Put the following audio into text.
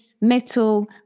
metal